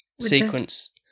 sequence